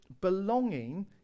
belonging